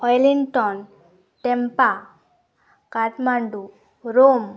Wellington ᱴᱮᱢᱯᱟ Kathmandu Rome